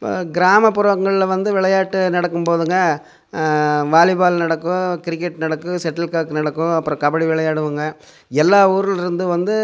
இப்போ கிராமப்புறங்களில் வந்து விளையாட்டு நடக்கும் போதுங்க வாலிபால் நடக்கும் கிரிக்கெட் நடக்கும் செட்டில்கார்க் நடக்கும் அப்புறம் கபடி விளையாடுவங்க எல்லா ஊரிலிருந்து வந்து